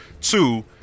Two